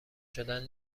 شدن